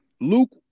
Luke